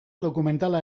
dokumentala